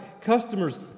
Customers